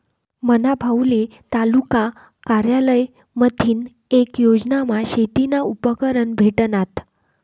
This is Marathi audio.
मना भाऊले तालुका कारयालय माथीन येक योजनामा शेतीना उपकरणं भेटनात